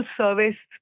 service